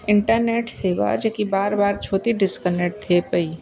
internet शेवा जेकी बार बार छो ती डिस्कनेक्ट थे पई